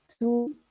two